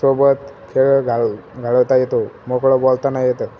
सोबत वेळ घाल घालवता येतो मोकळं बोलता ना येतं